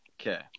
Okay